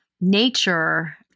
nature